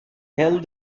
held